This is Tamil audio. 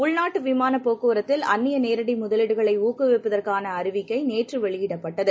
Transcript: உள்நாட்டுவிமானப் போக்குவரத்தில் அந்நியநேரடிமுதவீடுகளைஊக்குவிப்பதற்கானஅறிவிக்கைநேற்றுவெளியிடப்பட்டது